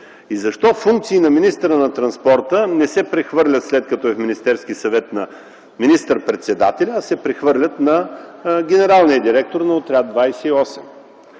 и защо функции на министъра на транспорта не се прехвърлят, след като е в Министерски съвет – на министър-председателя, а се прехвърлят на генералния директор на Отряд 28.